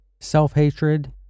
self-hatred